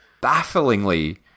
bafflingly